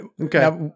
Okay